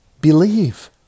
believe